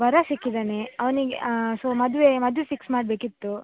ವರ ಸಿಕ್ಕಿದ್ದಾನೆ ಅವ್ನಿಗೆ ಸೊ ಮದುವೆ ಮದುವೆ ಫಿಕ್ಸ್ ಮಾಡಬೇಕಿತ್ತು